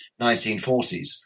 1940s